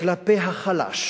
כלפי החלש